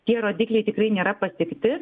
tie rodikliai tikrai nėra pasiekti